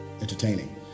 entertaining